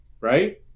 right